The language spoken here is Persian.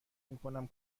میکنم